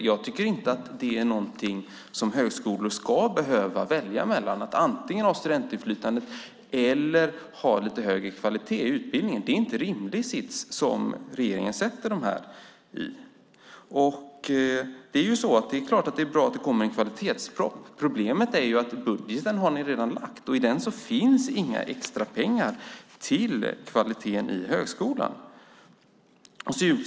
Jag tycker inte att det är någonting som högskolor ska behöva välja mellan, att antingen ha studentinflytande eller ha lite högre kvalitet i utbildningen. Det är inte en rimlig sits som regeringen sätter dem i. Det är klart att det är bra att det kommer en kvalitetsproposition. Problemet är att ni redan har lagt budgeten, och i den finns inga extra pengar till kvaliteten i högskolan.